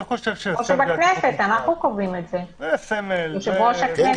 כמו שבכנסת, אנחנו קובעים את זה, יושב-ראש הכנסת.